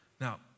Now